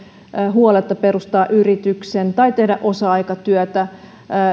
huoletta perustaa yrityksen tai tehdä osa aikatyötä